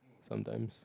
sometimes